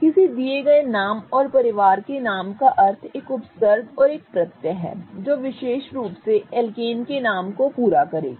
किसी दिए गए नाम और परिवार के नाम का अर्थ एक उपसर्ग और एक प्रत्यय है जो विशेष रूप से एल्केन के नाम को पूरा करेगा